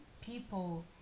people